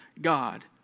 God